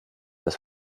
das